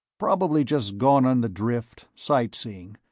probably just gone on the drift, sight-seeing,